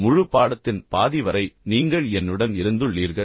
முழு பாடத்தின் பாதி வரை நீங்கள் என்னுடன் இருந்துள்ளீர்கள்